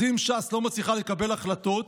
אז אם ש"ס לא מצליחה לקבל החלטות,